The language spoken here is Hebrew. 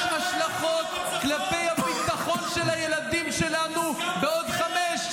יש השלכות כלפי הביטחון של הילדים שלנו בעוד חמש,